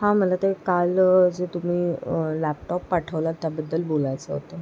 हां मला ते काल जे तुम्ही लॅपटॉप पाठवला त्याबद्दल बोलायचं होतं